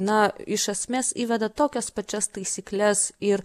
na iš esmės įveda tokias pačias taisykles ir